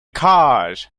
cause